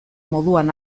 moduan